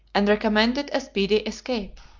and recommended a speedy escape.